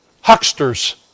Hucksters